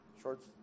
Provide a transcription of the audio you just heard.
shorts